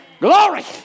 Glory